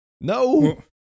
No